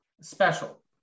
special